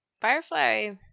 Firefly